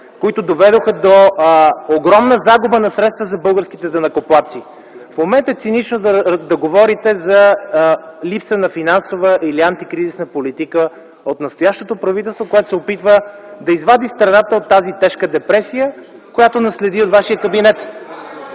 които доведоха до огромна загуба на средства за българските данъкоплатци. В момента е цинично да говорите за липса на финансова или антикризисна политика от настоящото правителство, което се опитва да извади страната от тази тежка депресия, която наследи от вашия кабинет.